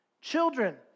Children